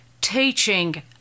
teaching